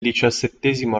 diciassettesimo